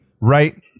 Right